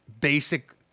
basic